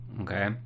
Okay